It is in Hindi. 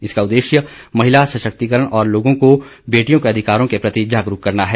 इसका उद्देश्य महिला सशक्तिकरण और लोगों को बेटियों के अधिकारों के प्रति जागरूक करना है